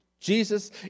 Jesus